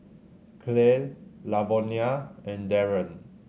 Clell Lavonia and Darren